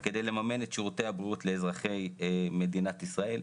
כדי לממן את שירותי הבריאות לאזרחי מדינת ישראל.